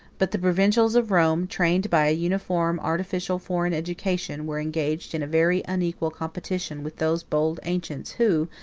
but the provincials of rome, trained by a uniform artificial foreign education, were engaged in a very unequal competition with those bold ancients, who,